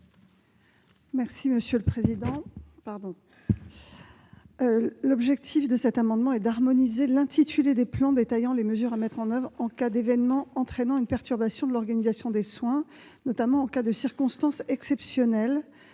Mme la ministre. Cet amendement a pour objet d'harmoniser l'intitulé des plans détaillant les mesures à mettre en oeuvre en cas d'événement entraînant une perturbation de l'organisation des soins, notamment en cas de circonstances exceptionnelles,